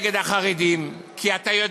זה לא נגד חרדים.